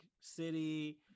city